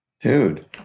Dude